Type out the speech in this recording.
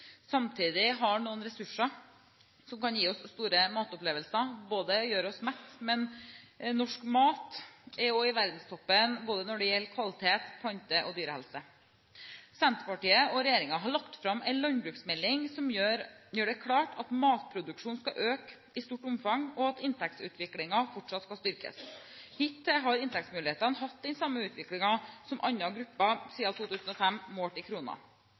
samtidig har noen ressurser som kan gi oss store matopplevelser. I tillegg til å gjøre oss mette er norsk mat også i verdenstoppen når det gjelder kvalitet og plante- og dyrehelse. Senterpartiet og regjeringen har lagt fram en landbruksmelding som gjør det klart at matproduksjonen skal øke i stort omfang, og at inntektsutviklingen fortsatt skal styrkes. Hittil har inntektsmulighetene hatt den samme utviklingen som andre grupper siden 2005, målt i